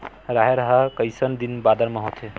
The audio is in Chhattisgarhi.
राहेर ह कइसन दिन बादर म होथे?